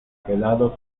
quedado